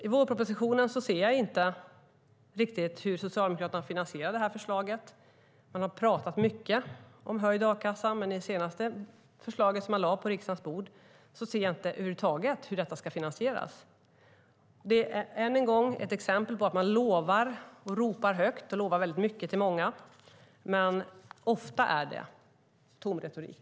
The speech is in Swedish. I vårpropositionen ser jag inte riktigt hur Socialdemokraterna finansierar det här förslaget. De har pratat mycket om höjd a-kassa, men i det senaste förslaget de lade på riksdagens bord ser jag över huvud taget inget om hur detta ska finansieras. Det är än en gång ett exempel på att man ropar högt och lovar mycket till många, men ofta är det tom retorik.